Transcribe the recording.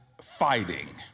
fighting